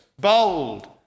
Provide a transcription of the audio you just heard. bold